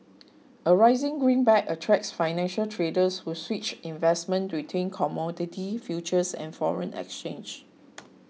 a rising greenback attracts financial traders who switch investments between commodity futures and foreign exchange